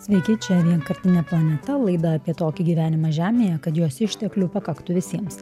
sveiki čia vienkartinė planeta laida apie tokį gyvenimą žemėje kad jos išteklių pakaktų visiems